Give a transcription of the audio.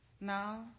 Now